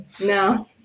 no